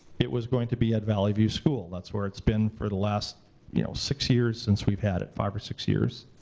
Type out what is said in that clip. it was going to be at valley view school. that's where it's been for the last you know six years since we've had it, five or six years.